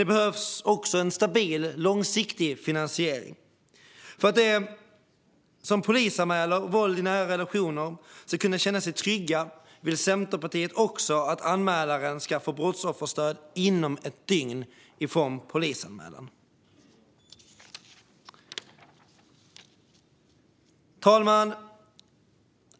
Det behövs också en stabil, långsiktig finansiering. För att de som polisanmäler våld i nära relation ska kunna känna sig trygga vill Centerpartiet också att anmälaren ska få brottsofferstöd inom ett dygn från polisanmälan. Herr talman!